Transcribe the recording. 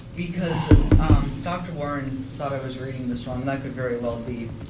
because dr. warren thought i was reading this wrong, and i could very well be.